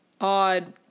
odd